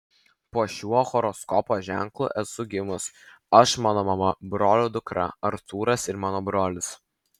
po šiuo horoskopo ženklu esu gimus aš mano mama brolio dukra artūras ir mano brolis